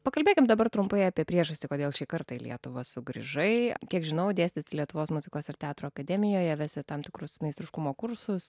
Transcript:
pakalbėkim dabar trumpai apie priežastį kodėl šį kartą į lietuvą sugrįžai kiek žinau dėstysi lietuvos muzikos ir teatro akademijoje vesi tam tikrus meistriškumo kursus